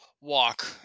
walk